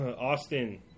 Austin